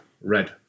red